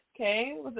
okay